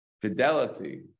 fidelity